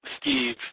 Steve